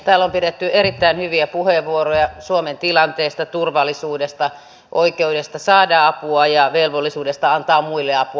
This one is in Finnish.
täällä on pidetty erittäin hyviä puheenvuoroja suomen tilanteesta turvallisuudesta oikeudesta saada apua ja velvollisuudesta antaa muille apua